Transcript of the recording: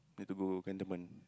need to go Cantonment